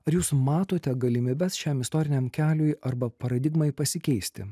ar jūs matote galimybes šiam istoriniam keliui arba paradigmai pasikeisti